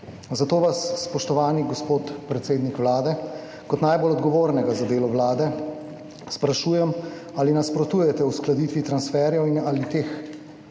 Zato vas, spoštovani gospod predsednik Vlade, kot najbolj odgovornega za delo Vlade sprašujem: Ali nasprotujete uskladitvi transferjev? Ali je